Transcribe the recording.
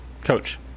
Coach